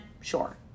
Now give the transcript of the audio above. Sure